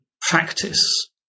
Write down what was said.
practice